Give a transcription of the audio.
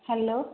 hello